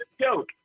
joke